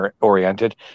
oriented